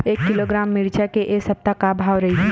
एक किलोग्राम मिरचा के ए सप्ता का भाव रहि?